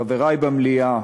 חברי במליאה,